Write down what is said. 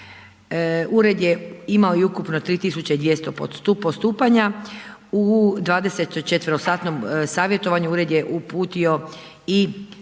Ured je imao ukupno 3200 postupanja, u 24 satnom savjetovanju, Ured je uputio i